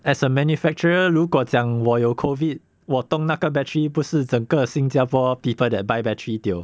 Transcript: as a manufacturer 如果讲我有 COVID 我动那个 battery 不是整个新加坡 people that buy battery tio